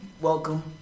welcome